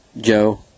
Joe